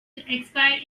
expire